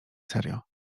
serio